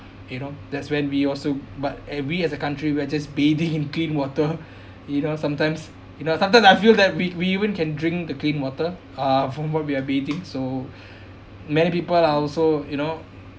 you know that's when we also but eh we as a country we're just bathing clean water you know sometimes you know sometimes I feel that we we even can drink the clean water uh from what we are bathing so many people are also you know